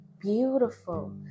beautiful